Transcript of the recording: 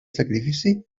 sacrifici